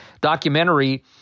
documentary